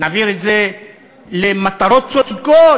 נעביר את זה למטרות צודקות.